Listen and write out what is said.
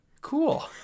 cool